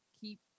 keep